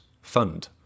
fund